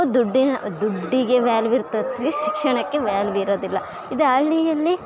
ದುಡ್ಡಿನ ದುಡ್ಡಿಗೆ ವ್ಯಾಲ್ಯೂ ಇರ್ತತೆ ಶಿಕ್ಷಣಕ್ಕೆ ವ್ಯಾಲ್ಯೂ ಇರೋದಿಲ್ಲ ಇದು ಹಳ್ಳಿಯಲ್ಲಿ